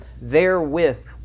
therewith